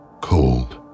cold